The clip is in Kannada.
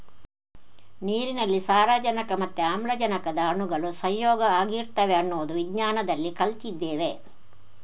ನೀರಿನಲ್ಲಿ ಸಾರಜನಕ ಮತ್ತೆ ಆಮ್ಲಜನಕದ ಅಣುಗಳು ಸಂಯೋಗ ಆಗಿರ್ತವೆ ಅನ್ನೋದು ವಿಜ್ಞಾನದಲ್ಲಿ ಕಲ್ತಿದ್ದೇವೆ